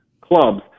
clubs